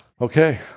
okay